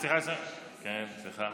סליחה, סליחה.